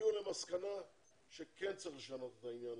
שתגיעו למסקנה שכן צריך לשנות את העניין.